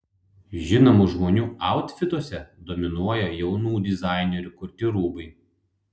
žinomų žmonių autfituose dominuoja jaunų dizainerių kurti rūbai